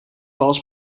vals